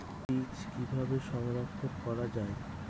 বীজ কিভাবে সংরক্ষণ করা যায়?